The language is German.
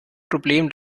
problem